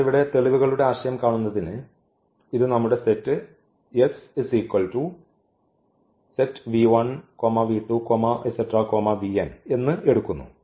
അതിനാൽ ഇവിടെ തെളിവുകളുടെ ആശയം കാണുന്നതിന് ഇത് നമ്മുടെ സെറ്റ് എന്ന് എടുക്കുന്നു